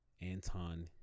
Anton